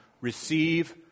receive